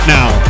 now